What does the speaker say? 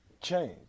change